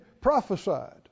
prophesied